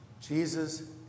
Jesus